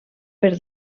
per